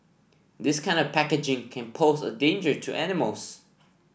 this kind of packaging can pose a danger to animals